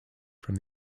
from